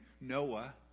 Noah